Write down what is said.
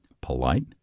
polite